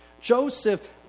Joseph